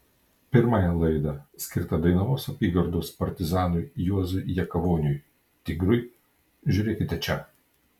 pirmąją laidą skirtą dainavos apygardos partizanui juozui jakavoniui tigrui žiūrėkite čia